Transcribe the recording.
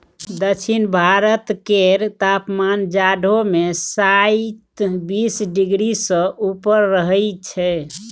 दक्षिण भारत केर तापमान जाढ़ो मे शाइत बीस डिग्री सँ ऊपर रहइ छै